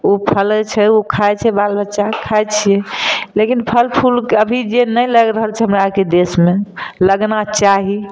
ओ फलै छै ओ खाए छै बाल बच्चा खाइत छियै लेकिन फल फूल अभी जे नहि लागि रहल छै हमरा आरके देशमे लगना चाही